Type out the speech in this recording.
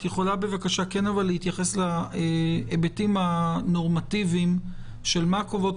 האם את יכולה להתייחס להיבטים הנורמטיביים לגבי מה קובעות